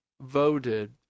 voted